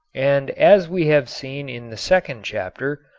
and as we have seen in the second chapter,